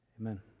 Amen